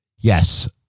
Yes